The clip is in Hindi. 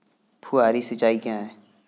फुहारी सिंचाई क्या है?